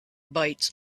bites